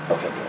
Okay